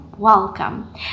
Welcome